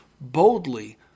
boldly